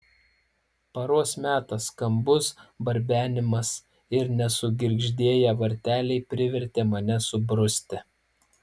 paros metas skambus barbenimas ir nesugirgždėję varteliai privertė mane subruzti